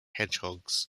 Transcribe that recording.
hedgehogs